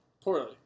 Poorly